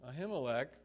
Ahimelech